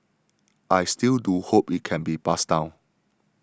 I still do hope it can be passed down